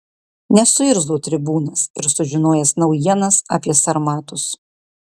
nesuirzo tribūnas ir sužinojęs naujienas apie sarmatus